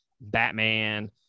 Batman